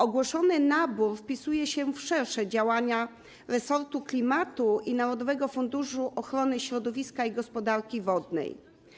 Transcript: Ogłoszony nabór wpisuje się w szersze działania resortu klimatu i Narodowego Funduszu Ochrony Środowiska i Gospodarki Wodnej.